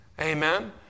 amen